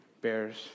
bears